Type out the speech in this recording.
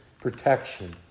protection